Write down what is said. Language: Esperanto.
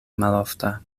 malofta